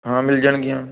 ਹਾਂ ਮਿਲ ਜਾਣਗੀਆਂ